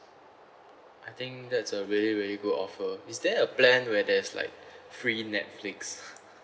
I think that's a really really good offer is there a plan where there's like free Netflix